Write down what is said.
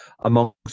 amongst